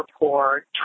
report